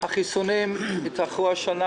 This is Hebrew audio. החיסונים התאחרו השנה